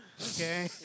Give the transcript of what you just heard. okay